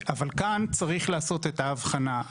אבל כאן צריך לעשות את ההבחנה,